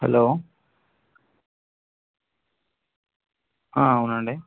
hello అవునండి